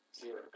Zero